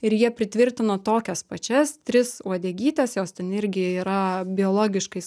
ir jie pritvirtino tokias pačias tris uodegytes jos ten irgi yra biologiškai